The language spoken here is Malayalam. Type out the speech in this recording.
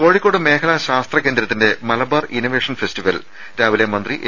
കോഴിക്കോട് മേഖലാ ശാസ്ത്രകേന്ദ്രത്തിന്റെ മലബാർ ഇന്നവേഷൻ ഫെസ്റ്റിവൽ രാവിലെ മന്ത്രി എ